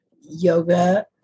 yoga